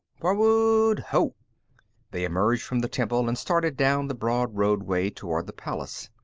forward ho-o! they emerged from the temple and started down the broad roadway toward the palace.